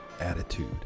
attitude